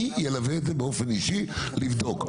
אני אלווה את זה באופן אישי לבדוק,